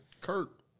Kurt